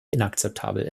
inakzeptabel